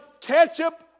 ketchup